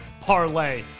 parlay